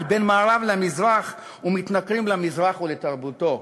בין מערב למזרח ומתנכרים למזרח ולתרבותו.